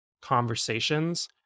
conversations